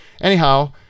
Anyhow